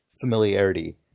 familiarity